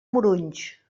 morunys